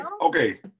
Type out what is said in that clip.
okay